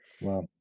Wow